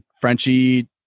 Frenchie